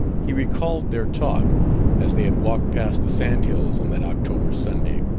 he recalled their talk as they had walked past the sand-hills on that october sunday.